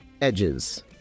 edges